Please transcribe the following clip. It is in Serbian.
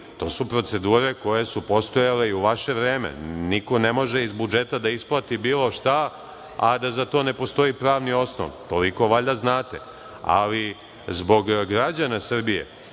to su procedure koje su postojale i u vaše vreme, niko ne može iz budžeta da isplati bilo šta, a da za to ne postoji pravni osnov. Toliko valjda znate. Ali zbog građana Srbije